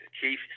chief